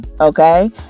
okay